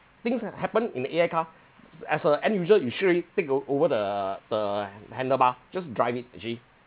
things happened in the A_I car as a end user you straightaway take o~ over the the handlebar just drive it actually